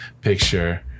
picture